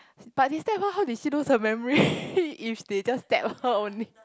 but he stab her how did she lose her memory if they just stab her only